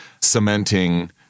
cementing